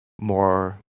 more